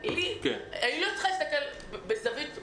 היא לא צריכה להסתכל בזווית מערכתית,